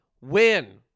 win